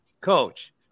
coach